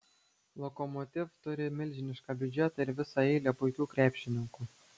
lokomotiv turi milžinišką biudžetą ir visą eilę puikių krepšininkų